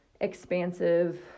expansive